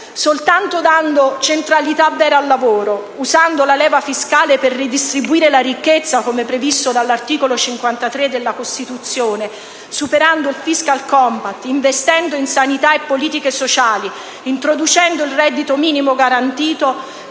Soltanto dando centralità vera al lavoro, usando la leva fiscale per ridistribuire la ricchezza, come previsto dall'articolo 53 della Costituzione, superando il *fiscal compact*, investendo in sanità e politiche sociali, introducendo il reddito minimo garantito,